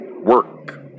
work